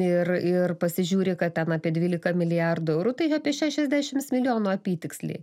ir ir pasižiūri kad ten apie dvylika milijardų eurų tai apie šešiasdešims milijonų apytiksliai